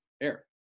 air